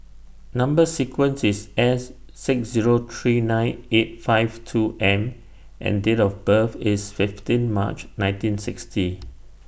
Number sequence IS S six Zero three nine eight five two M and Date of birth IS fifteen March nineteen sixty